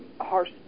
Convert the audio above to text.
harsh